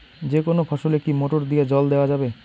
যেকোনো ফসলে কি মোটর দিয়া জল দেওয়া যাবে?